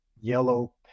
yellow